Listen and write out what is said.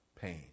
pain